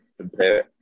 compare